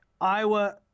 Iowa